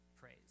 praise